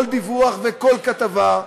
כל דיווח וכל כתבה,